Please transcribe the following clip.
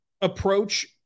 approach